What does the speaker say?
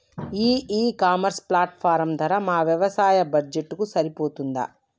ఈ e commerce platform ధర మా వ్యవసాయ బడ్జెట్ కు సరిపోతుందా?